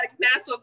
National